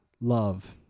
love